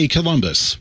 Columbus